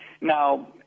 Now